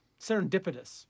Serendipitous